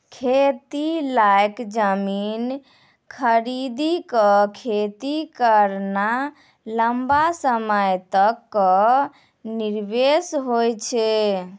खेती लायक जमीन खरीदी कॅ खेती करना लंबा समय तक कॅ निवेश होय छै